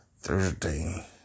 Thursday